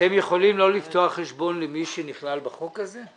אתם יכולים לא לפתוח חשבון למי שנכלל בחוק הזה?